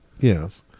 Yes